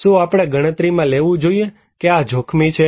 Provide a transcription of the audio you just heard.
શું આપણે ગણતરીમાં લેવું જોઈએ કે આ જોખમી છે